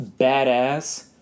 badass